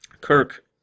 Kirk